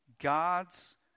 God's